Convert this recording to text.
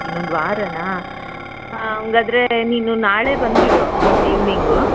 ಇನ್ನೊಂದು ವಾರವಾ ಹಂಗಾದರೆ ನೀನು ನಾಳೆ ಬಂದ್ಬಿಡು ಒಂದು ಈವ್ನಿಂಗು